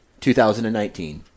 2019